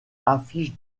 affiche